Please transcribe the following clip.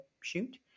shoot